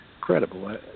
credible